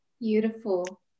Beautiful